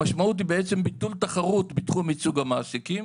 המשמעות היא בעצם ביטול תחרות בתחום ייצוג המעסיקים,